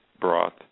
broth